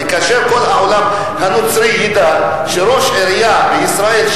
וכאשר כל העולם הנוצרי ידע שראש עירייה בישראל,